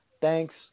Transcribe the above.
thanks